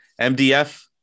MDF